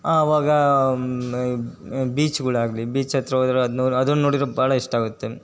ಆವಾಗ ಬೀಚ್ಗಳಾಗ್ಲಿ ಬೀಚ್ ಹತ್ತಿರ ಹೋದರೆ ಅದು ನೋಡಿ ಅದನ್ನ ನೋಡಿದರು ಭಾಳ ಇಷ್ಟ ಆಗುತ್ತೆ